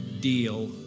deal